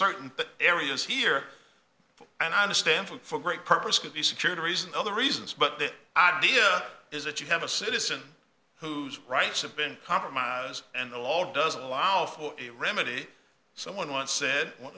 certain areas here and i understand for great purpose could be security reasons other reasons but the idea is that you have a citizen whose rights have been compromised and the law doesn't allow for a remedy someone once said one